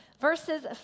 Verses